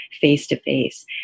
face-to-face